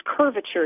curvature